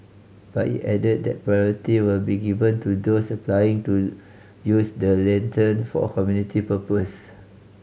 but it added that priority will be given to those applying to use the lantern for community purpose